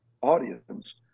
audience